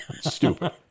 stupid